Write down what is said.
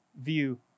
view